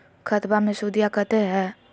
खतबा मे सुदीया कते हय?